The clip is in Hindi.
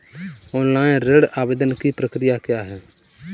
ऑनलाइन ऋण आवेदन की प्रक्रिया क्या है?